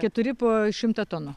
keturi po šimtą tonų